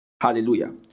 Hallelujah